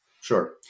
Sure